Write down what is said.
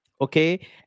okay